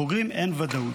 הבוגרים, אין ודאות.